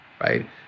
right